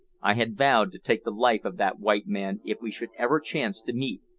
i had vowed to take the life of that white man if we should ever chance to meet,